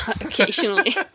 occasionally